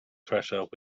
threshold